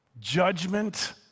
Judgment